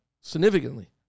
significantly